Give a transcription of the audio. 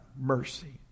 mercy